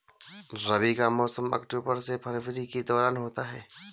रबी का मौसम अक्टूबर से फरवरी के दौरान होता है